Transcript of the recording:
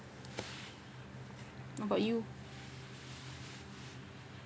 what about you